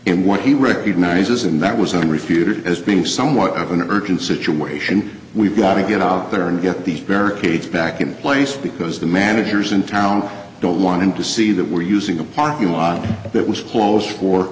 what he recognizes and that was one refuted as being somewhat of an urgent situation we've got to get out there and get these barricades back in place because the managers in town don't want him to see that we're using a parking lot that was close for